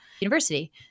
University